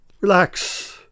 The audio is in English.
Relax